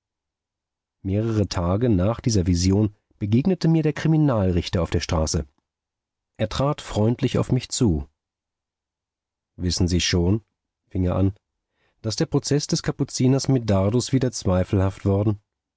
mehrere tage nach dieser vision begegnete mir der kriminalrichter auf der straße er trat freundlich auf mich zu wissen sie schon fing er an daß der prozeß des kapuziners medardus wieder zweifelhaft worden